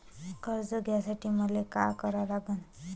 कर्ज घ्यासाठी मले का करा लागन?